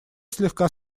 слегка